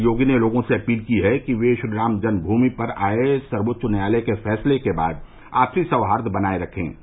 श्री योगी ने लोगों से अपील की है कि वे श्रीराम जन्मभूमि पर आए सर्वेच्च न्यायालय के फैसले के बाद आपसी सौहाई बनाए रखें